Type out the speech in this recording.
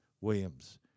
Williams